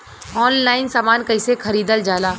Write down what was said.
Online समान कैसे खरीदल जाला?